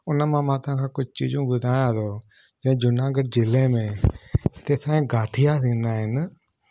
उन मां मां तव्हांखे कुझु चीज़ूं ॿुधायां थो जे जूनागढ़ ज़िले में हिते साईं गाठिया थींदा आहिनि